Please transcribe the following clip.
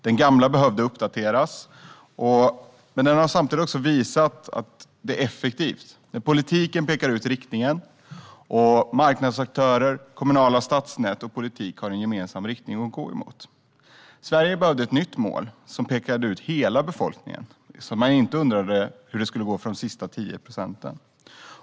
Den gamla behövde uppdateras men har samtidigt visat sig effektiv i att politiken pekar ut riktningen så att marknadsaktörer, kommunala stadsnät och politik kan gå i en gemensam riktning. Sverige behövde ett nytt mål som pekar ut hela befolkningen, så att man inte undrar hur det ska gå för de sista tio procenten.